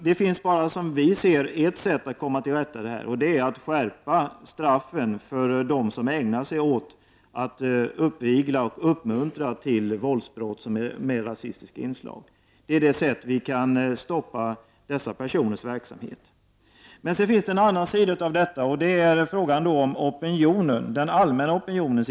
Det finns bara ett sätt att komma till rätta med detta, och det är att skärpa straffen för dem som ägnar sig åt uppvigling och uppmuntrar till våldsbrott med rasistiska inslag. På det sättet kan vi sätta stopp för dessa personers verksamhet. Sedan finns det en annan sida i frågan — den allmänna opinionen.